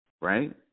right